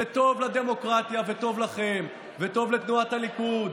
זה טוב לדמוקרטיה וטוב לכם וטוב לתנועת הליכוד